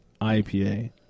IPA